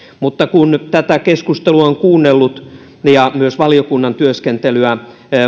kun nyt tätä keskustelua on kuunnellut ja myös valiokunnan työskentelyä